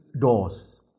doors